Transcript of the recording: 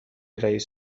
رئیس